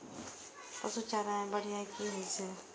पशु चारा मैं बढ़िया की होय छै?